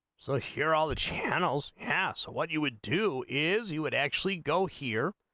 so here all the channels paso what you would do is you would actually go here